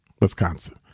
Wisconsin